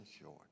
short